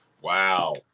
Wow